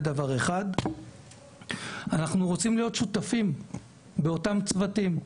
אנחנו רוצים להיות שותפים בצוותים המתכננים.